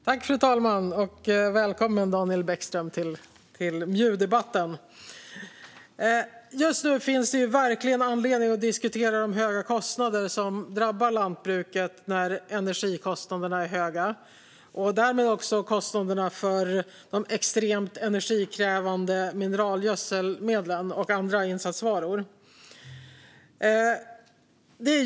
Fru talman! Välkommen, Daniel Bäckström, till MJU-debatten! Just nu finns det verkligen anledning att diskutera de höga kostnader som drabbar lantbruket när energikostnaderna är höga och därmed också kostnaderna för de extremt energikrävande mineralgödselmedlen och andra insatsvaror.